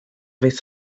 vez